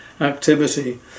activity